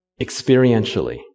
experientially